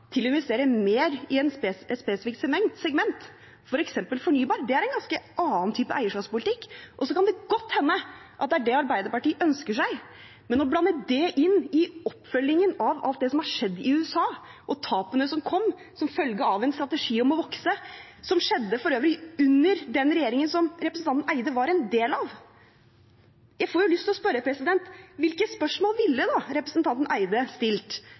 til å investere mer i et spesifikt segment, f.eks. fornybar. Det er en ganske annen type eierskapspolitikk. Det kan godt hende at det er det Arbeiderpartiet ønsker seg, men når man blander det inn i oppfølgingen av alt som har skjedd i USA, og tapene som kom som følge av en strategi om å vokse – som for øvrig skjedde under den regjeringen representanten Barth Eide var en del av – får jeg lyst til å spørre om hvilke spørsmål representanten Barth Eide ville stilt